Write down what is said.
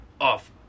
Off